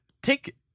Take